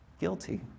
guilty